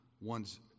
one's